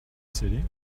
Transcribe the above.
city